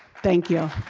thank you.